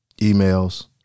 emails